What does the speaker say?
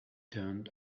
turned